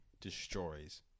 destroys